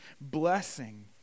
blessing